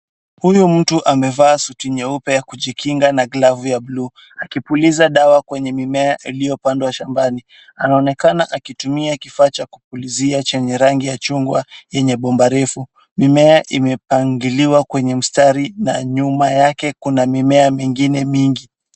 Huyu mtu amevaa suti nyeupe ya kujikinga na glavu ya bluu akipuliza dawa kwenye mimea iliopandwa shambani. Anaonekana akitumia kifaa cha kupulizia chenye rangi ya chungwa yenye bomba refu. Mimea imepangiliwa kwenye mstari na nyuma yake kuna mimea mingine mingi.